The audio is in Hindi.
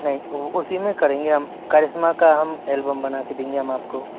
नहीं तो उसी में करेंगे हम करिश्मा का हम एल्बम बना के देंगे हम आपको